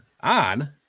on